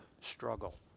struggle